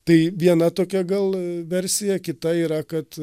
tai viena tokia gal versija kita yra kad